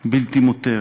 בלתי מותרת.